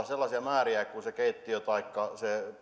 sellaisia määriä kuin keittiö taikka